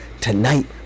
tonight